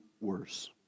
worse